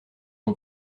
ont